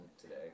today